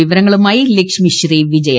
വിവരങ്ങളുമായി ലക്ഷ്മിശ്രീ വിജയ